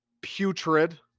putrid